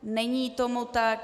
Není tomu tak.